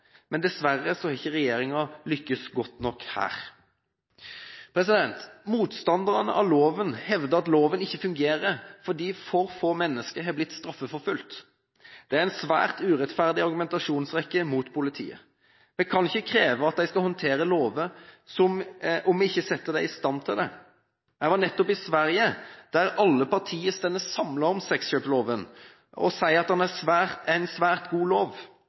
men dessverre har ikke regjeringen lyktes godt nok her. Motstanderne av loven hevder at loven ikke fungerer fordi for få mennesker har blitt straffeforfulgt. Det er en svært urettferdig argumentasjonsrekke mot politiet. Vi kan ikke kreve at de skal håndheve lover om vi ikke setter dem i stand til det. Jeg var nettopp i Sverige, hvor alle partier står samlet om sexkjøpsloven og sier at det er en svært god lov,